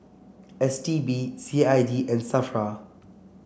S T B C I D and Safra